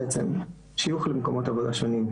שיוך למקומות עבודה שונים,